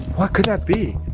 what could that be?